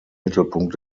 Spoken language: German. mittelpunkt